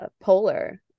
Polar